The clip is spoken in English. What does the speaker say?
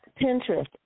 Pinterest